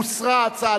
הוסרה הצעת